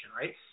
right